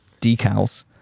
decals